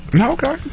Okay